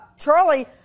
Charlie